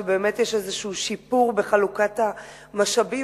באמת יש איזה שיפור בחלוקת המשאבים,